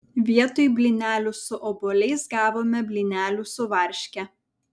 vietoj blynelių su obuoliais gavome blynelių su varške